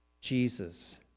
Jesus